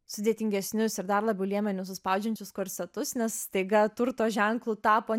sudėtingesnius ir dar labiau liemenius suspaudžiančius korsetus nes staiga turto ženklu tapo